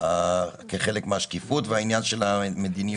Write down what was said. כחלק מהשקיפות והעניין של המדיניות בקבלת החלטות?